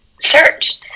search